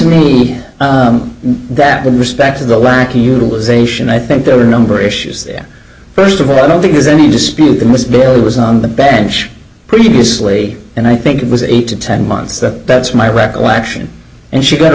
me that with respect to the lacky utilization i think there are a number of issues there first of all i don't think there's any dispute that was bill that was on the bench previously and i think it was eight to ten months that that's my recollection and she got a